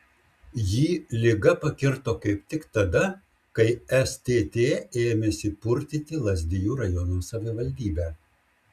jį liga pakirto kaip tik tada kai stt ėmėsi purtyti lazdijų rajono savivaldybę